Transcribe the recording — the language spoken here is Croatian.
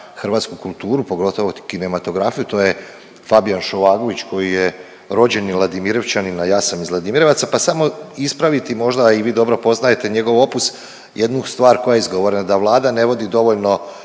hrvatsku kulturu, pogotovo kinematografiju, to je Fabijan Šovagović koji je rođeni Ladimirovčanin, a ja sam iz Ladimirovaca, pa samo ispraviti možda i vi dobro poznajete njegov opus, jednu stvar koja je izgovorena, da Vlada ne vodi dovoljno